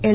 L